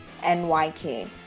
NYK